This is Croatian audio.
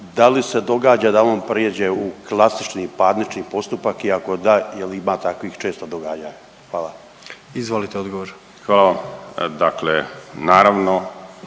da li se događa da on pređe u klasični parnični postupak i ako da, je li ima takvih često događanja? Hvala. **Jandroković, Gordan